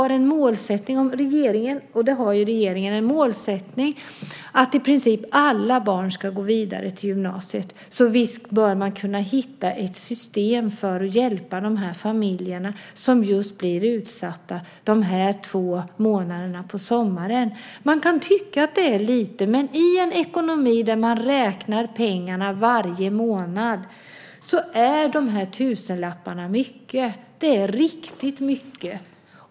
Regeringen har ju som målsättning att i princip alla barn ska gå vidare till gymnasiet, och visst bör man kunna hitta ett system för att hjälpa de utsatta familjerna de här två månaderna på sommaren. Man kan tycka att det är lite, men i en ekonomi där man räknar pengarna varje månad betyder de här tusenlapparna mycket - det är riktigt mycket.